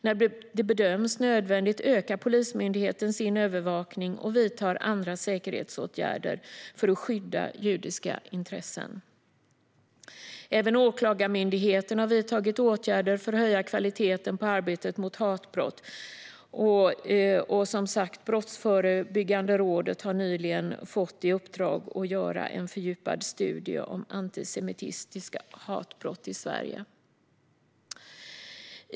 När det bedöms nödvändigt ökar Polismyndigheten sin övervakning och vidtar andra säkerhetsåtgärder för att skydda judiska intressen. Även Åklagarmyndigheten har vidtagit åtgärder för att höja kvaliteten på arbetet mot hatbrott. Brottsförebyggande rådet har, som sagt, nyligen fått i uppdrag att göra en fördjupad studie om antisemitiska hatbrott i Sverige.